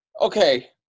okay